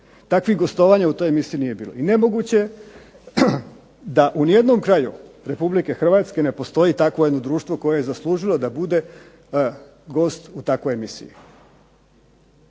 Takvih gostovanja u toj emisiji nije bilo. I nemoguće da u ni jednom kraju RH ne postoji takvo jedno društvo koje je zaslužilo da bude gost u takvoj emisiji.